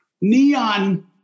Neon